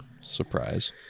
Surprise